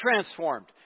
transformed